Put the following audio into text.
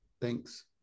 Thanks